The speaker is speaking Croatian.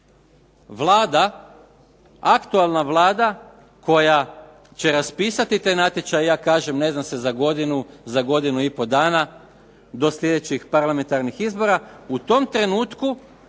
Vlada, aktualna Vlada koja će raspisati te natječaje ja kažem ne zna se za godinu, godinu i pol dana do slijedećih parlamentarnih izbora u tom trenutku